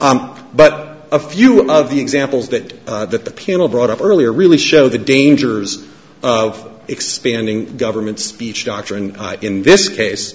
but a few of the examples that that the people brought up earlier really show the dangers of expanding government speech doctrine in this case